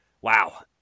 wow